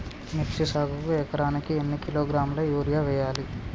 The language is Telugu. మిర్చి సాగుకు ఎకరానికి ఎన్ని కిలోగ్రాముల యూరియా వేయాలి?